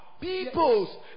Peoples